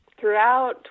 Throughout